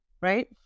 right